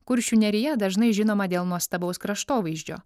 kuršių nerija dažnai žinoma dėl nuostabaus kraštovaizdžio